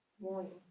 morning